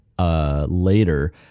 later